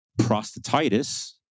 prostatitis